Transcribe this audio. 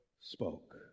Spoke